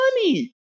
money